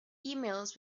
emails